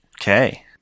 okay